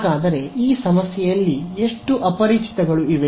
ಹಾಗಾದರೆ ಈ ಸಮಸ್ಯೆಯಲ್ಲಿ ಎಷ್ಟು ಅಪರಿಚಿತಗಳು ಇವೆ